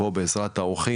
פה בעזרת האורחים,